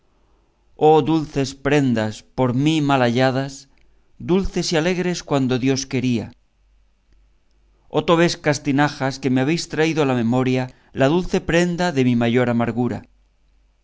oh dulces prendas por mi mal halladas dulces y alegres cuando dios quería oh tobosescas tinajas que me habéis traído a la memoria la dulce prenda de mi mayor amargura